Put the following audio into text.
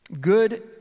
Good